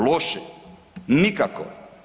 Loše, nikako.